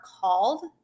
called